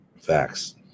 Facts